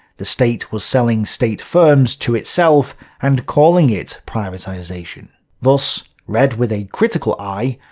the state was selling state-firms to itself and calling it privatization. thus, read with a critical eye,